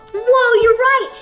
whoa, you're right.